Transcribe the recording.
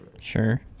Sure